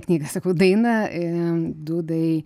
knygą sakau dainą dūdai